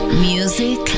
Music